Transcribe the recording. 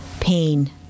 pain